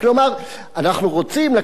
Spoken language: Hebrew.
אנחנו רוצים לקחת ממך פחות,